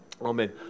Amen